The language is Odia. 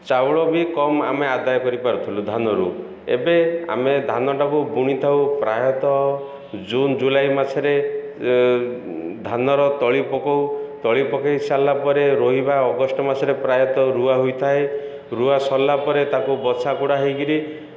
ଚାଉଳ ବି କମ ଆମେ ଆଦାୟ କରିପାରୁଥିଲୁ ଧାନରୁ ଏବେ ଆମେ ଧାନଟାକୁ ବୁଣିଥାଉ ପ୍ରାୟତଃ ଜୁନ ଜୁଲାଇ ମାସରେ ଧାନର ତଳି ପକଉ ତଳି ପକେଇ ସାରିଲା ପରେ ରୋଇବା ଅଗଷ୍ଟ ମାସରେ ପ୍ରାୟତଃ ରୁଆ ହୋଇଥାଏ ରୁଆ ସରିଲା ପରେ ତାକୁ ବସା କୁଡ଼ା ହେଇକରି